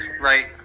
right